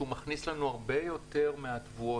שמכניס לנו הרבה יותר מהתבואות.